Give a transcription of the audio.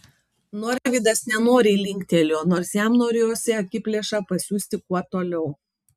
norvydas nenoriai linktelėjo nors jam norėjosi akiplėšą pasiųsti kuo toliau